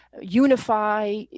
unify